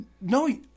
No